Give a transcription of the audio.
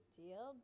deal